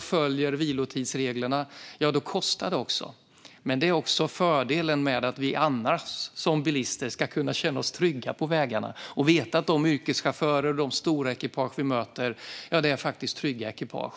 följer vilotidsreglerna kostar det. Men fördelen är att vi som bilister ska kunna känna oss trygga på vägarna och veta att de stora ekipage vi möter faktiskt är trygga ekipage.